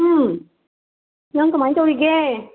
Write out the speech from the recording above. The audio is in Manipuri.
ꯎꯝ ꯅꯪ ꯀꯃꯥꯏꯅ ꯇꯧꯔꯤꯒꯦ